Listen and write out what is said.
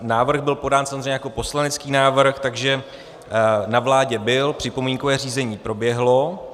Návrh byl podán samozřejmě jako poslanecký návrh, takže na vládě byl, připomínkové řízení proběhlo.